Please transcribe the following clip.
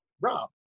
Rob